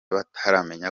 bataramenya